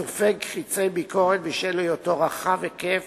סופג חצי ביקורת בשל היותו רחב היקף